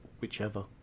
whichever